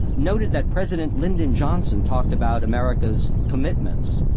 noted that president lyndon johnson talked about america's commitments,